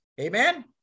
amen